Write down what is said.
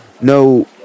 No